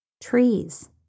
Trees